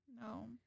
No